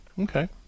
Okay